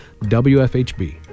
WFHB